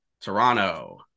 Toronto